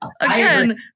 Again